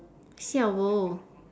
siao bo